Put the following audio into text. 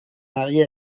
marié